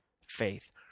faith